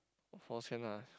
of course can lah